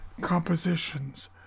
compositions